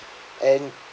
and